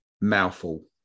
mouthful